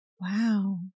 Wow